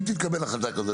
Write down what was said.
אם תתקבל החלטה כזאת,